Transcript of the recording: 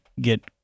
get